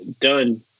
done